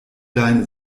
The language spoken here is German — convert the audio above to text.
deine